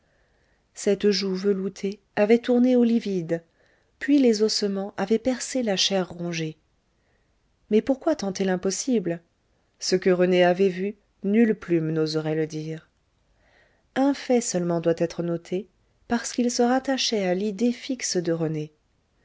cette joue veloutée avait tourné au livide puis les ossements avaient percé la chair rongée mais pourquoi tenter l'impossible ce que rené avait vu nulle plume n'oserait le dire un fait seulement doit être noté parce qu'il se rattachait à l'idée fixe de rené